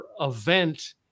event